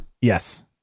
Yes